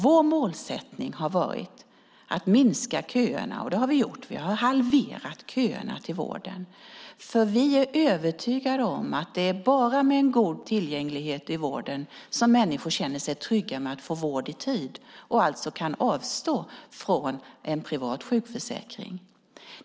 Vår målsättning har varit att minska köerna. Och det har vi gjort. Vi har halverat köerna till vården. Vi är övertygade om att det bara är med en god tillgänglighet till vården som människor känner sig trygga med att få vård i tid och alltså kan avstå från en privat sjukförsäkring.